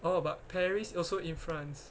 oh but paris also in france